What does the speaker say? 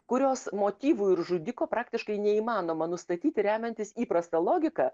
kurios motyvų ir žudiko praktiškai neįmanoma nustatyti remiantis įprasta logika